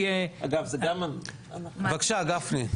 אגב זה גם הנחה -- בבקשה גפני,